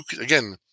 again